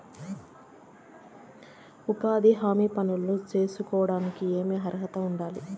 ఉపాధి హామీ పనులు సేసుకోవడానికి ఏమి అర్హత ఉండాలి?